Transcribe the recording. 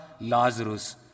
Lazarus